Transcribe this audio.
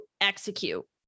execute